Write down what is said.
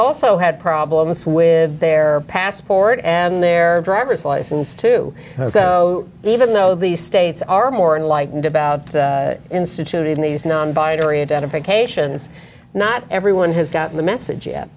also had problems with their passport and their driver's license too so even though these states are more enlightened about instituting these non binary identifications not everyone has gotten the message yet